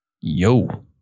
yo